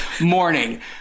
morning